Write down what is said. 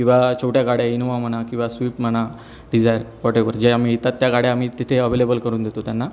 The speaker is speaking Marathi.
किंवा छोट्या गाड्या इनोवा म्हणा किंवा स्विफ्ट म्हणा डिझायर वॉटेवर ज्या मिळतात त्या गाड्या आम्ही तिथे अवेलेबल करून देतो त्यांना